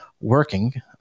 working